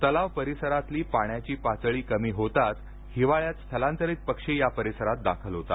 तलाव परिसरातली पाण्याची पातळी कमी होताच हिवाळ्यात स्थलांतरित पक्षी या परिसरात दाखल होतात